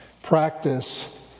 Practice